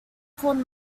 called